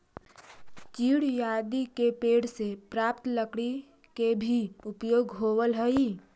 चीड़ आदि के पेड़ से प्राप्त लकड़ी के भी उपयोग होवऽ हई